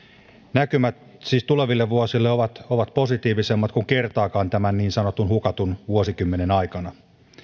näkymät tuleville vuosille ovat siis positiivisemmat kuin kertaakaan tämän niin sanotun hukatun vuosikymmenen aikana